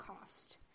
cost